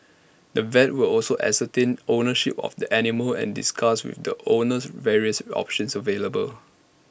the vet would also ascertain ownership of the animal and discuss with the owners various options available